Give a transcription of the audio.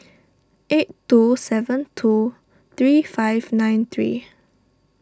eight two seven two three five nine three